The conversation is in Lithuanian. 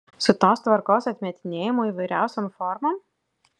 su tos tvarkos atmetinėjimu įvairiausiom formom